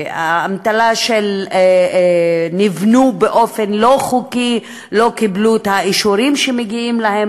האמתלה של "נבנו באופן לא חוקי" לא קיבלו את האישורים שמגיעים להם,